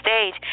stage